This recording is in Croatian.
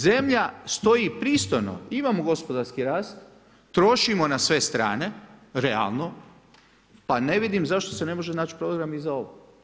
Zemlja stoji pristojno, imamo gospodarski rast, trošimo na sve strane, realno, pa ne vidim zašto se ne može program i za ovo?